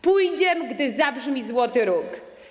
Pójdziem, gdy zabrzmi złoty róg!